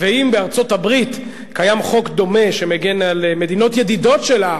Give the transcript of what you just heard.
ואם בארצות-הברית קיים חוק דומה שמגן על מדינות ידידות שלה,